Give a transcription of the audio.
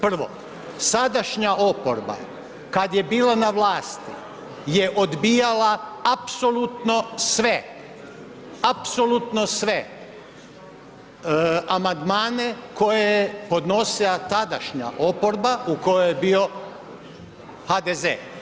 Prvo, sadašnja oporba kada je bila na vlasti je odbijala apsolutno sve, apsolutno sve amandmane koje je podnosila tadašnja oporba u kojoj je bio HDZ.